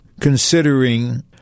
considering